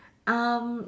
um